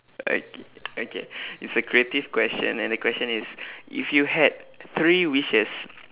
alright c~ okay it's a creative question and the question is if you had three wishes